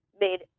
made